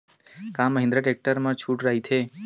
का महिंद्रा टेक्टर मा छुट राइथे?